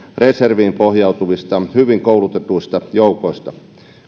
reserviin pohjautuvista hyvin koulutetuista joukoista